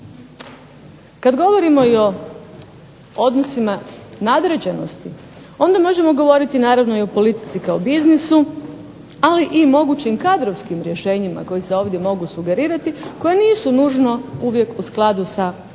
Kad govorimo i o odnosima nadređenosti onda možemo govoriti naravno i o politici kao biznisu, ali i mogućim kadrovskim rješenjima koji se ovdje mogu sugerirati, koji nisu nužno uvijek u skladu sa strukom,